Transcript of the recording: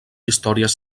històries